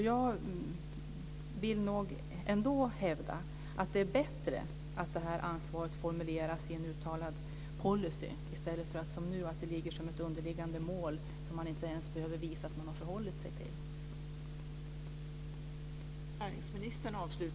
Jag vill nog ändå hävda att det är bättre att det här ansvaret formuleras i en uttalad policy i stället för att det som nu ligger som ett underliggande mål som man inte ens behöver visa att man har förhållit sig till.